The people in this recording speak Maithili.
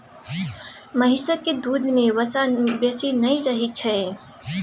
महिषक दूध में वसा बेसी नहि रहइ छै